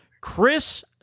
Chris